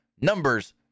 Numbers